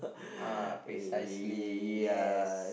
uh precisely yes